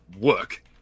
work